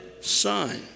son